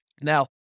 Now